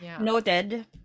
noted